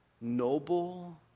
noble